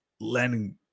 landing –